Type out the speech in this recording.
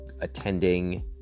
attending